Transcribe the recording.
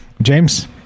James